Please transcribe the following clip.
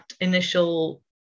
initial